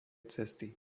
cesty